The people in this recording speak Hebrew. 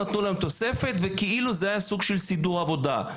תוספת וכאילו זה היה סוג של סידור עבודה.